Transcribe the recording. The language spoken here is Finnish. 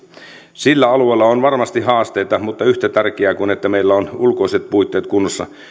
sillä alueella on varmasti haasteita mutta yhtä tärkeää kuin se että meillä on ulkoiset puitteet kunnossa